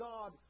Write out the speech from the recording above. God